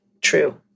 true